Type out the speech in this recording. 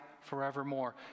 forevermore